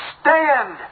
stand